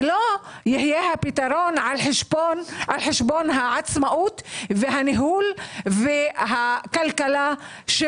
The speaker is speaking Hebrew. ולא יהיה פתרון על חשבון העצמאות והניהול והכלכלה של